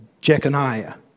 Jeconiah